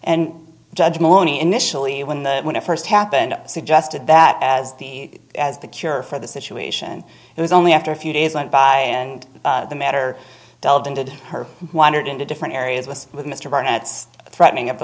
and judge monye initially when the when it first happened suggested that as the as the cure for the situation it was only after a few days went by and the matter delved into her wandered into different areas with with mr barnett threatening of the